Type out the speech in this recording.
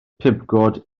pibgod